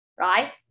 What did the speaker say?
Right